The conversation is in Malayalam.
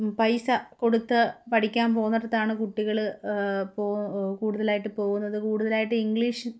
പൈസ കൊടുത്തു പഠിക്കാൻ പോകുന്നിടത്താണു കുട്ടികള് കൂടുതലായിട്ടു പോവുന്നത് കൂടുതലായിട്ട് ഇംഗ്ലീഷ്